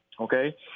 Okay